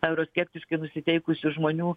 euroskeptiškai nusiteikusių žmonių